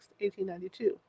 1892